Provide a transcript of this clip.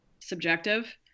subjective